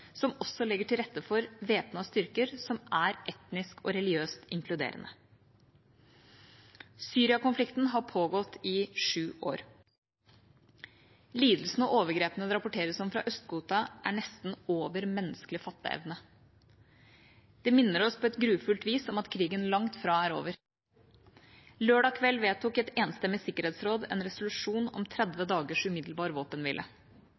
som også legger til rette for væpnede styrker som er etnisk og religiøst inkluderende. Syria-konflikten har pågått i sju år. Lidelsene og overgrepene det rapporteres om fra Øst-Ghouta, er nesten over menneskelig fatteevne. Det minner oss på grufullt vis om at krigen langt fra er over. Lørdag kveld vedtok et enstemmig sikkerhetsråd en resolusjon om